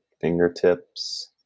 fingertips